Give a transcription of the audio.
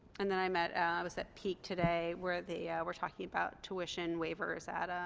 and then i met i was at peak today where they were talking about tuition waivers at a.